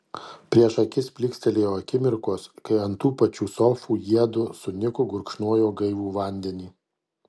prieš akis plykstelėjo akimirkos kai ant tų pačių sofų jiedu su niku gurkšnojo gaivų vandenį